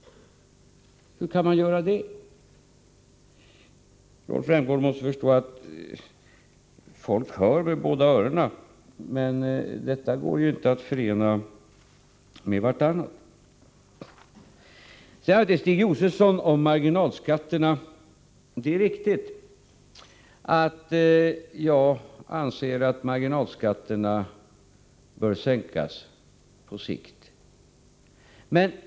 Hur kan man göra så? Rolf Rämgård måste förstå att folk hör med båda öronen. Dessa båda uttalanden går ju inte att förena med varandra. Sedan vill jag säga följande till Stig Josefson beträffande marginalskatterna. Det är riktigt att jag anser att marginalskatterna på sikt bör sänkas.